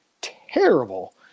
terrible